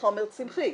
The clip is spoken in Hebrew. חומר צמחי.